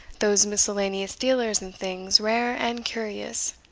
those miscellaneous dealers in things rare and curious.